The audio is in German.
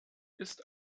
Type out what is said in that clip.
ist